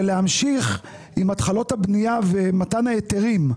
להמשיך עם התחלות הבניה ומתן ההיתרים.